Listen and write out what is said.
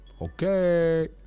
Okay